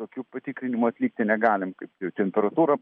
tokių patikrinimų atlikti negalim kaip temperatūrą